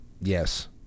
yes